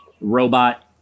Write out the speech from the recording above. robot